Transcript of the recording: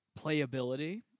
playability